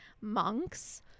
monks